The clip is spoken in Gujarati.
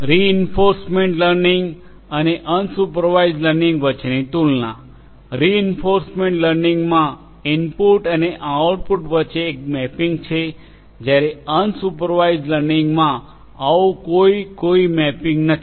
રિઇન્ફોર્સમેન્ટ લર્નિંગ અને અનસુપરવાઇઝડ લર્નિંગ વચ્ચેની તુલના રિઇન્ફોર્સમેન્ટ લર્નિંગમાં ઇનપુટ અને આઉટપુટ વચ્ચે એક મેપિંગ છે જ્યારે અનસુપરવાઇઝડ લર્નિંગમાં આવું કોઈ કોઈ મેપિંગ નથી